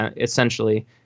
essentially